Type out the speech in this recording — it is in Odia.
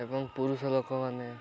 ଏବଂ ପୁରୁଷ ଲୋକମାନେ